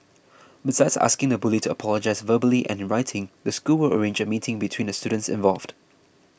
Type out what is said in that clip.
besides asking the bully to apologise verbally and in writing the school will arrange a meeting between the students involved